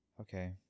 Okay